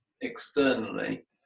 externally